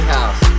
House